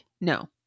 no